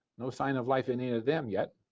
no sign of life in in them yet